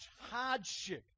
hardship